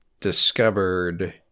discovered